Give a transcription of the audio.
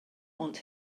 want